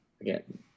Again